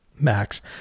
Max